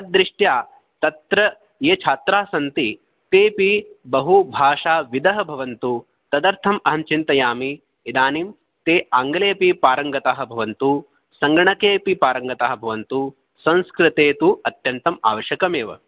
तद्दृष्ट्या तत्र ये छात्राः सन्ति तेपि बहु भाषाविदः भवन्तु तदर्थम् अहं चिन्तयामि इदानीं ते आङ्ग्ले अपि पारङ्गताः भवन्तु सङ्गणकेपि पारङ्गताः भवन्तु संस्कृते तु अत्यन्तम् आवश्यकमेव